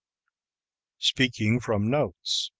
speaking from notes